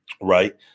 Right